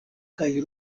kaj